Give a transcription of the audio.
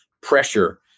pressure